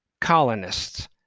colonists